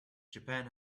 japan